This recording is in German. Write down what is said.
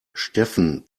steffen